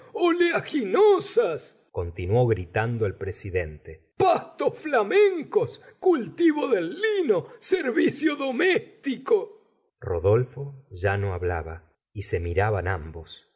gustavo flaubert tando el presidente pastos flamencos cultivo del lino servicio doméstico rodolfo ya no hablaba y se miraban ambos